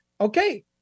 okay